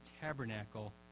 tabernacle